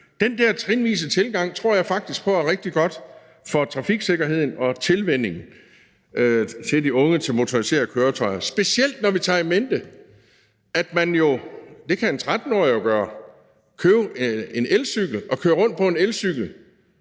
Den her trinvise tilgang tror jeg faktisk på er rigtig god for trafiksikkerheden og tilvænningen af de unge til motoriserede køretøjer. Kl. 15:13 Specielt når vi tager in mente, at vi jo – og det kan en 13-årig jo gøre – kan købe en elcykel og køre rundt på en elcykel,